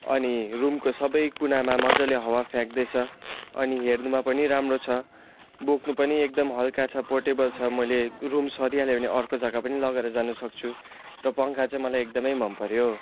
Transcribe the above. अनि रुमको सबै कुनामा मज्जाले हावा फ्याँक्दैछ अनि हेर्नुमा पनि राम्रो छ बोक्नु पनि एकदम हल्का छ पोर्टेबल छ मैले रुम सरिहालेँ भने अर्को जग्गा पनि लगेर जानु सक्छु र पङ्खा चाहिँ मलाई एकदमै मन पऱ्यो